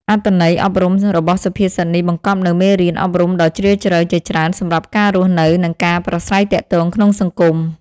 អត្ថន័យអប់រំរបស់សុភាសិតនេះបង្កប់នូវមេរៀនអប់រំដ៏ជ្រាលជ្រៅជាច្រើនសម្រាប់ការរស់នៅ និងការប្រាស្រ័យទាក់ទងក្នុងសង្គម